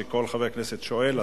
שכל חבר כנסת שואל,